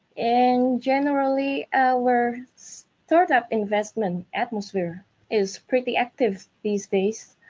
and generally, our startup investment atmosphere is pretty active these days.